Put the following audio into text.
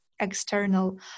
external